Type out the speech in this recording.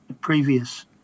previous